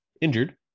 injured